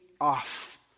off